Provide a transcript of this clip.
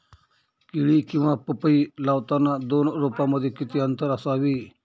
केळी किंवा पपई लावताना दोन रोपांमध्ये किती अंतर असावे?